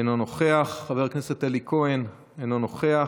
אינו נוכח, חבר הכנסת אלי כהן, אינו נוכח,